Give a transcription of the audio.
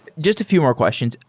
just a few more questions.